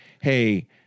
hey